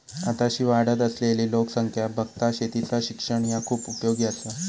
आताशी वाढत असलली लोकसंख्या बघता शेतीचा शिक्षण ह्या खूप उपयोगी आसा